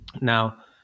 Now